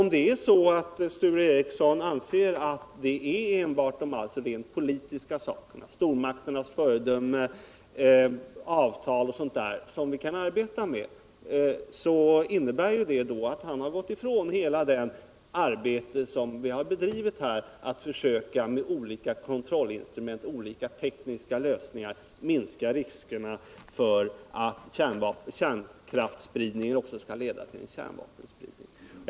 Om Sture Ericson således anser att det enbart är det rent politiska agerandet som har betydelse här och att vi endast kan arbeta med sådant som stormakternas föredöme, olika avtal o. d., då innebär ju detta att han tar avstånd från hela det arbete som har bedrivits på detta område när det gäller att med olika kontrollinstrument och olika tekniska lösningar försöka minska riskerna för att kärnkraftsspridning också skall leda till kärnvapenspridning.